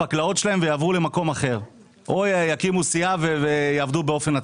יעברו למקום אחר או יקימו סיעה ויעבדו באופן עצמאי.